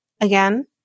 Again